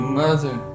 mother